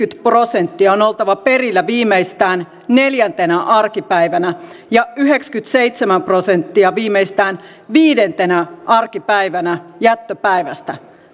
prosenttia on oltava perillä viimeistään neljäntenä arkipäivänä ja yhdeksänkymmentäseitsemän prosenttia viimeistään viidentenä arkipäivänä jättöpäivästä